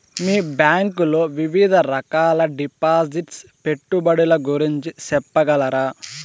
మీ bank లో వివిధ రకాల డిపాసిట్స్, పెట్టుబడుల గురించి సెప్పగలరా?